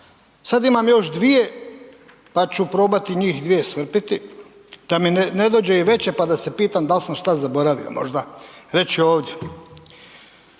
Sad imam još dvije pa ću probati njih dvije .../Govornik se ne razumije./... da mi ne dođe i veće pa da se pitam da li sam što zaboravio možda reći ovdje.